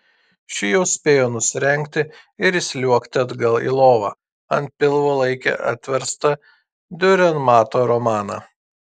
ši jau spėjo nusirengti ir įsliuogti atgal į lovą ant pilvo laikė atverstą diurenmato romaną